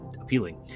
appealing